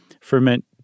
ferment